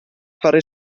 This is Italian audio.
fare